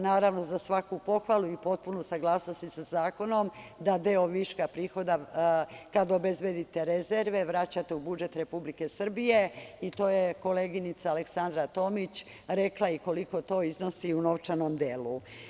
Naravno, za svaku pohvalu i potpuno je u saglasnosti sa zakonom da deo viška prihoda kada obezbedite rezerve vraćate u budžet Republike Srbije i to je koleginica Aleksandra Tomić rekla i koliko to iznosi u novčanom delu.